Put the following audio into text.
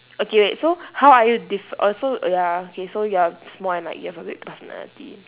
okay wait so how are you diff~ oh so oh ya okay so you are small and like you have a big personality